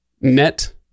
net